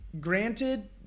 granted